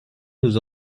nous